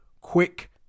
Quick